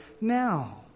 now